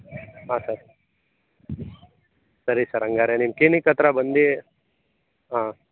ಹಾಂ ಸರ್ ಸರಿ ಸರ್ ಹಂಗಾದ್ರೆ ನಿಮ್ಮ ಕ್ಲಿನಿಕ್ ಹತ್ರ ಬಂದು ಹಾಂ